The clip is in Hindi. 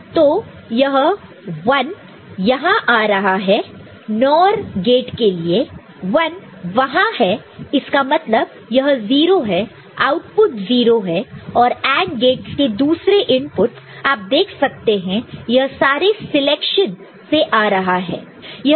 तो यह 1 यहां आ रहा है NOR गेट के लिए 1 वहां है इसका मतलब यह 0 है आउटपुट 0 है और AND गेटस के दूसरे इनपुटस आप देख सकते हैं यह सारे सिलेक्शन से आ रहा है